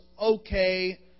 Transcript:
okay